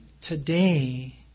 today